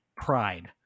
pride